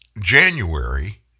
January